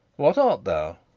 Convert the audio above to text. what art thou?